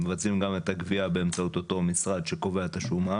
מבצעים גם את הגבייה באמצעות אותו משרד שקובע את השומה